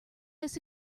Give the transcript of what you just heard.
this